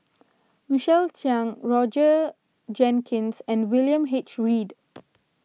Michael Chiang Roger Jenkins and William H Read